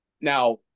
Now